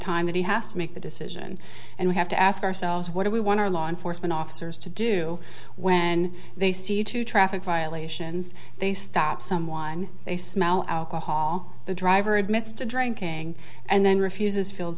time that he has to make the decision and we have to ask ourselves what do we want our law enforcement officers to do when they see two traffic violations they stop someone they smell alcohol the driver admits to drinking and then refuses field